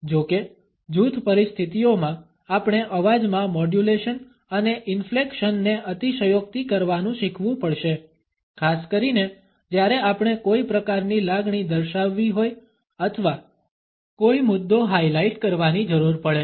જો કે જૂથ પરિસ્થિતિઓમાં આપણે અવાજમાં મોડ્યુલેશન અને ઇન્ફ્લેક્શન ને અતિશયોક્તિ કરવાનું શીખવું પડશે ખાસ કરીને જ્યારે આપણે કોઈ પ્રકારની લાગણી દર્શાવવી હોય અથવા કોઈ મુદ્દો હાઈલાઈટ કરવાની જરુર પડે